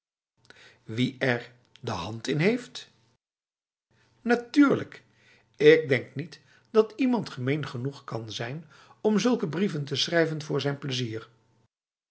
er de hand in heeft natuurlijk ik denk niet dat iemand gemeen genoeg kan zijn om zulke brieven te schrijven voor zijn plezier